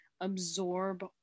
absorb